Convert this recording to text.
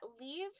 leave